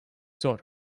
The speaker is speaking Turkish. zor